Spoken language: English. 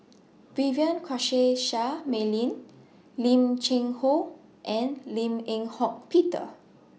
Vivien Quahe Seah Mei Lin Lim Cheng Hoe and Lim Eng Hock Peter